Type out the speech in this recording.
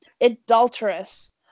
adulterous